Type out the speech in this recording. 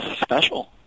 special